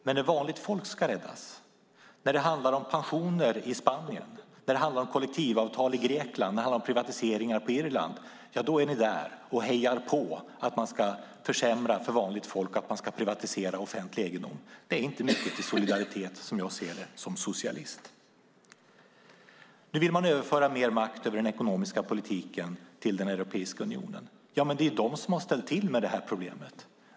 Men när vanligt folk ska räddas, när det handlar om pensioner i Spanien, kollektivavtal i Grekland och privatiseringar på Irland, då är ni där, Birgitta Ohlsson, och hejar på för att man ska försämra för vanligt folk och privatisera offentlig egendom. Det är inte mycket till solidaritet, som jag ser det som socialist. Nu vill man överföra mer makt över den ekonomiska politiken till Europeiska unionen. Men det är ju de som har ställt till med det här problemet!